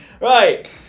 Right